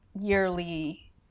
yearly